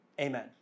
Amen